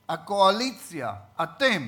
הקואליציה, אתם,